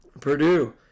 Purdue